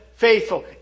Faithful